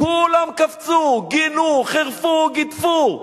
כולם קפצו, גינו, חירפו, גידפו.